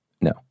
No